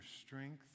strength